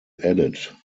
added